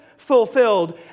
fulfilled